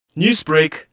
Newsbreak